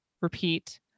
Repeat